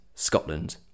Scotland